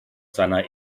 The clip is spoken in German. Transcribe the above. seiner